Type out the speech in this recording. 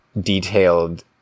detailed